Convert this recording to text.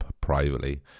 privately